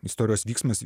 istorijos vyksmas